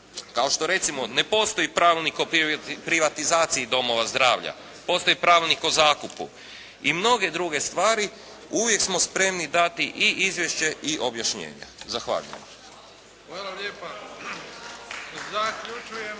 kao što recimo ne postoji pravilnik o privatizaciji domova zdravlja, postoji pravilnik o zakupu i mnoge druge stvari uvijek smo spremni dati i izvješća i objašnjenja. Zahvaljujem.